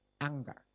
Anger